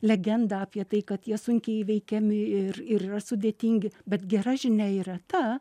legenda apie tai kad jie sunkiai įveikiami ir ir yra sudėtingi bet gera žinia yra ta